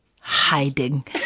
hiding